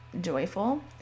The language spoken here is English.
joyful